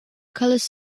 colours